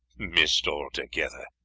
missed altogether!